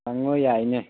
ꯍꯪꯉꯣ ꯌꯥꯏꯅꯦ